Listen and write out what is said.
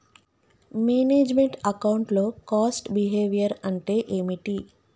Manage meant account లో cost behaviour అంటే ఏమిటి?